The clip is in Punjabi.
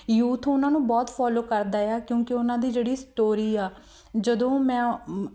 ਯੂਥ ਉਹਨਾਂ ਨੂੰ ਬਹੁਤ ਫੋਲੋ ਕਰਦਾ ਆ ਕਿਉਂਕਿ ਉਹਨਾਂ ਦੀ ਜਿਹੜੀ ਸਟੋਰੀ ਆ ਜਦੋਂ ਮੈਂ